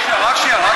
רק שנייה.